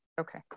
okay